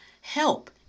help